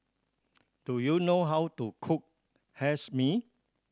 do you know how to cook hae mee